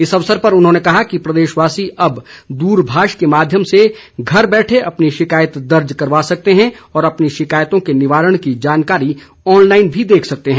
इस अवसर पर उन्होंने कहा कि प्रदेशवासी अब दूरभाष के माध्यम से घर बैठे अपनी शिकायत दर्ज करवा सकते हैं और अपनी शिकायतों के निवारण की जानकारी ऑनलाईन भी देख सकते हैं